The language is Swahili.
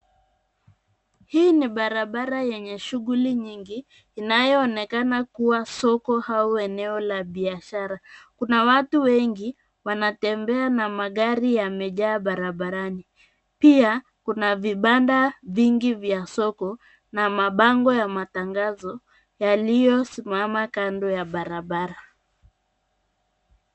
Hii ni barabara yenye shughuli nyingi inayoonekana kuwa soko au eneo la biashara. Kuna watu wengi wanatembea na magari yamejaa barabarani. Pia kuna vibanda vingi vya soko na mabango ya matangazo yaliyosimama kando ya barabara.